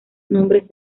nombres